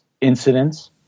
incidents